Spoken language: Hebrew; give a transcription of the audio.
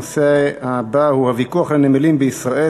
הנושא הבא הוא: הוויכוח על הנמלים בישראל